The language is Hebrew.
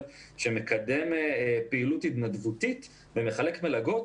שמקדם פעילות התנדבותית ומחלק מלגות,